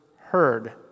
heard